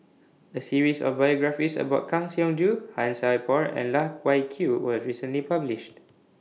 A series of biographies about Kang Siong Joo Han Sai Por and Loh Wai Kiew was recently published